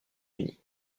unis